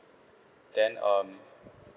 then um